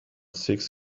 six